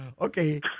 Okay